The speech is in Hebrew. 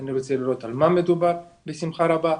אני רוצה לראות על מה מדובר ובשמחה רבה.